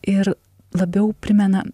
ir labiau primena